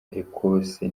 ecosse